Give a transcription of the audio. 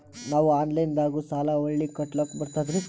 ನಾವು ಆನಲೈನದಾಗು ಸಾಲ ಹೊಳ್ಳಿ ಕಟ್ಕೋಲಕ್ಕ ಬರ್ತದ್ರಿ?